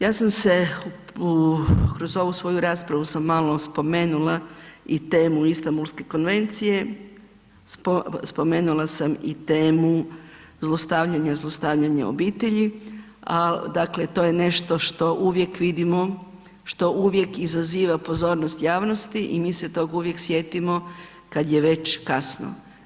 Ja sam se u, kroz ovu svoju raspravu sam malo spomenula i temu Istambulske konvencije, spomenula sam i temu zlostavljanja, zlostavljanja u obitelji, al dakle to je nešto što uvijek vidimo, što uvijek izaziva pozornost javnosti i mi se tog uvijek sjetimo kad je već kasno.